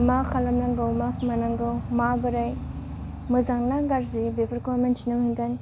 मा खालामनांगौ मा मानांगौ माबोरै मोजांना गाज्रि बेफोरखौ मिन्थिनो मोनगोन